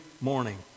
morning